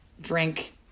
drink